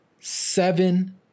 seven